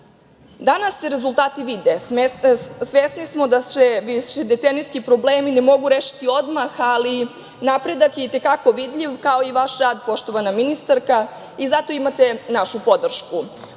se rezultati vide. Svesni smo da se višedecenijski problemi ne mogu rešiti odmah, ali napredak je i te kako vidljiv, kao i vaš, poštovana ministarka, i zato imate našu podršku.U